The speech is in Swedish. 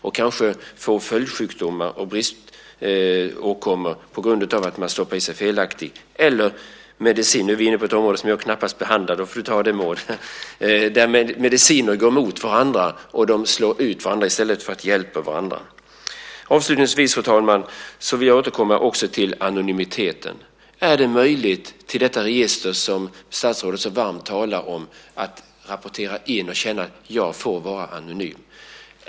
De kanske får följdsjukdomar eller briståkommor på grund av att de stoppar i sig felaktig eller olämplig medicin. Nu är vi inne på ett område som jag knappast behandlade i mitt anförande, så Maud Ekendahl får ta den frågan. Mediciner går emot varandra och slår ut varandra i stället för att hjälpa varandra. Fru talman! Jag vill avslutningsvis återkomma till anonymiteten. Är det möjligt att rapportera in till detta register som statsrådet talar så varmt om och känna: Jag får vara anonym?